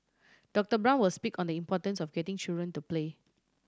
Doctor Brown will speak on the importance of getting children to play